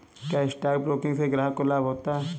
क्या stock broking से ग्राहक को लाभ होता है?